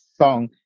song